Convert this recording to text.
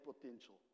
potential